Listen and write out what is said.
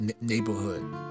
neighborhood